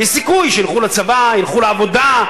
יש סיכוי שילכו לצבא וילכו לעבודה,